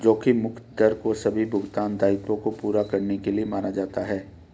जोखिम मुक्त दर को सभी भुगतान दायित्वों को पूरा करने के लिए माना जाता है